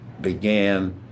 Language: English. began